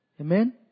Amen